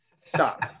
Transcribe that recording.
Stop